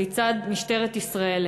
כיצד משטרת ישראל,